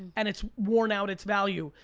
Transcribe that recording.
and it's worn out its value,